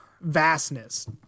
vastness